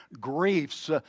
griefs